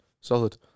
Solid